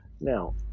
Now